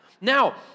Now